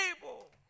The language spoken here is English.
table